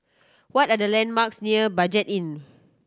what are the landmarks near Budget Inn